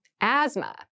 asthma